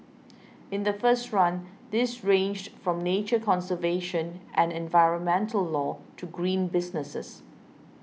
in the first run these ranged from nature conservation and environmental law to green businesses